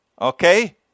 Okay